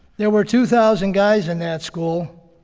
there were two thousand guys in that school,